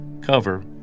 cover